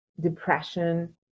depression